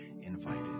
invited